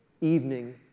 evening